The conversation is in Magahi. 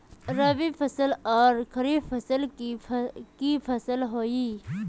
रवि फसल आर खरीफ फसल की फसल होय?